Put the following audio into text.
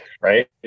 right